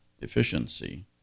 efficiency